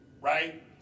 right